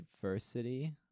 diversity